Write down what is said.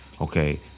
okay